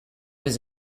was